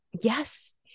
yes